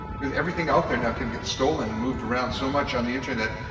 because everything out there now can get stolen and moved around so much on the internet,